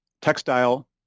textile